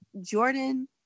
Jordan